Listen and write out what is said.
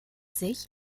sich